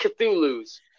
Cthulhu's